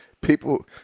People